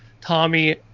Tommy